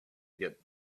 get